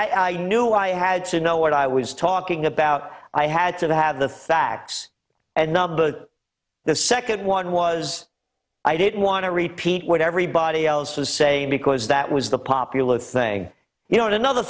one i knew i had to know what i was talking about i had to have the facts and numbers the second one was i didn't want to repeat what everybody else was say because that was the popular thing you know another